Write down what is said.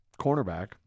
cornerback